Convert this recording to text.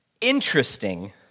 interesting